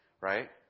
right